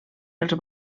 els